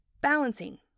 Balancing